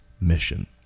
mission